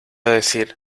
decir